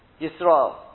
Yisrael